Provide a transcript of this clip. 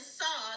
saw